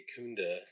kunda